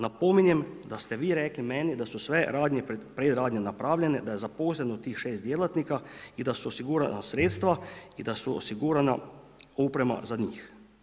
Napominjem da ste vi rekli meni da su sve predradnje napravljene, da je zaposleno tih 6 djelatnika i da su osigurana sredstva i da su osigurana oprema za njih.